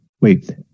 Wait